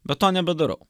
bet to nebedarau